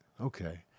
okay